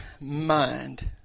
mind